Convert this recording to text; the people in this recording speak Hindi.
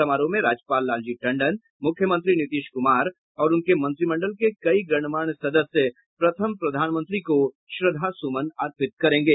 समारोह में राज्यपाल लालजी टंडन मुख्यमंत्री नीतीश कुमार और उनके मंत्रिमंडल के कई गणमान्य सदस्य प्रथम प्रधानमंत्री को श्रद्धासुमन अर्पित करेंगे